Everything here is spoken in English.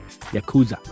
Yakuza